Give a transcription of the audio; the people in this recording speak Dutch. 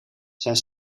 zijn